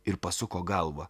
ir pasuko galvą